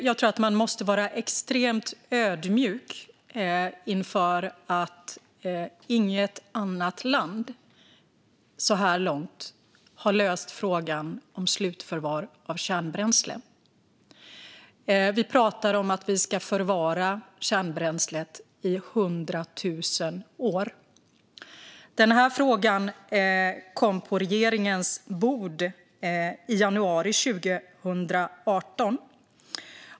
Jag tror att man måste vara extremt ödmjuk inför att inget annat land så här långt har löst frågan om slutförvar av kärnbränsle. Vi pratar om att vi ska förvara kärnbränslet i hundra tusen år. Frågan kom på regeringens bord i januari 2018.